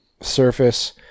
surface